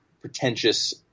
Pretentious